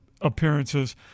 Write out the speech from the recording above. appearances